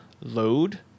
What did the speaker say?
load